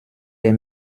der